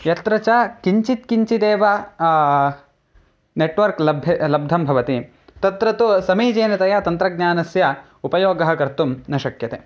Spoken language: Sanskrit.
यत्र च किञ्चित् किञ्चिदेव नेट्वर्क् लभ्यते लब्धं भवति तत्र तु समीचीनतया तन्त्रज्ञानस्य उपयोगः कर्तुं न शक्यते